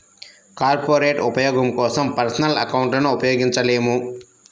corporate ఉపయోగం కోసం personal అకౌంట్లను ఉపయోగించలేము